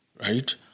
right